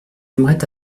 aimeraient